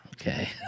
okay